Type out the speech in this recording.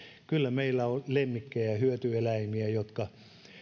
kyllä meillä on muitakin lemmikkejä ja ja hyötyeläimiä jotka